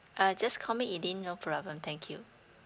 uh just call me elaine no problem thank you